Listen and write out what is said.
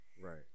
Right